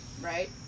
right